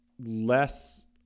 less